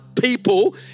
people